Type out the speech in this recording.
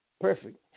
perfect